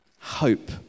hope